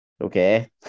Okay